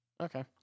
Okay